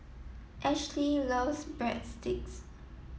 Ashli loves Breadsticks